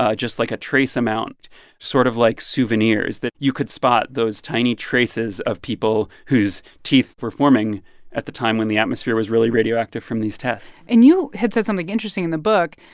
ah just like a trace amount sort of like souvenirs that you could spot those tiny traces of people whose teeth were forming at the time when the atmosphere was really radioactive from these tests and you had said something interesting in the book,